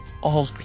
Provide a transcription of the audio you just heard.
All